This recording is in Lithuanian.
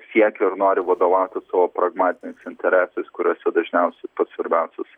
siekia ir nori vadovautis savo pragmatiniais interesais kuriuose dažniausiai pats svarbiausias